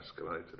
escalated